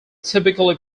typically